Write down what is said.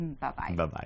Bye-bye